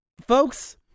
Folks